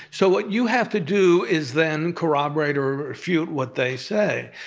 so what you have to do is then corroborate or refute what they say.